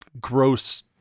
gross